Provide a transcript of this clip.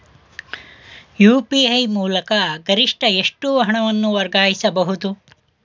UPI ಮೂಲಕ ಗರಿಷ್ಠ ಎಷ್ಟು ಹಣವನ್ನು ವರ್ಗಾಯಿಸಬಹುದು?